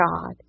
God